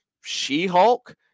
She-Hulk